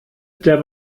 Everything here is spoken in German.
der